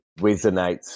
resonates